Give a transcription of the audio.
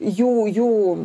jų jų